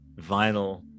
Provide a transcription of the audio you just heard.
vinyl